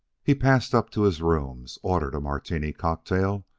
he passed up to his rooms, ordered a martini cocktail,